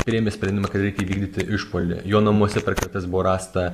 priėmė sprendimą kad reikia įvykdyti išpuolį jo namuose per kratas buvo rasta